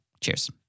Cheers